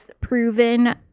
proven